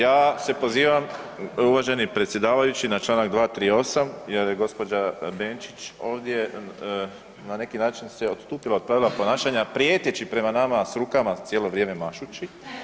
Ja se pozivam, uvaženi predsjedavajući, na čl. 238. jer je gđa. Benčić ovdje na neki način odstupila od pravila ponašanja prijeteći prema nama s rukama cijelo vrijeme mašući.